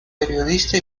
periodista